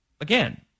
again